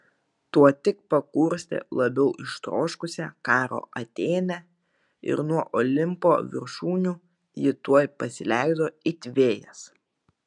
tuo tik pakurstė labiau ištroškusią karo atėnę ir nuo olimpo viršūnių ji tuoj pasileido it vėjas